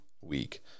week